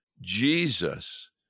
Jesus